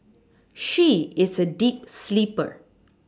she is a deep sleeper